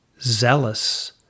zealous